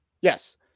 yes